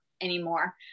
anymore